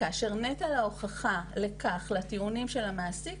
כאשר נטל ההוכה לכך ולטיעונים של המעסיק